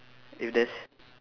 if there's